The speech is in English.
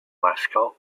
mascot